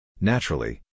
Naturally